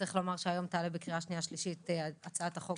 היום תעלה בקריאה שנייה ושלישית הצעת החוק